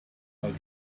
out